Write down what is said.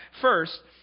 first